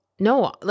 No